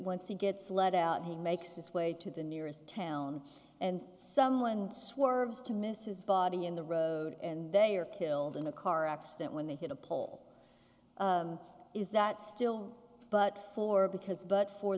once he gets let out he makes his way to the nearest town and someone swerves to miss his body in the road and they are killed in a car accident when they hit a pole is that still but for because but for